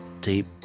deep